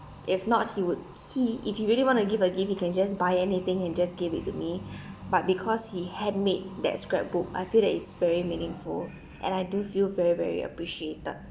if not he would he if he really want to give a gift he can just buy anything and just give it to me but because he handmade that scrapbook I feel that it's very meaningful and I do feel very very appreciated